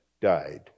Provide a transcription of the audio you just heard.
died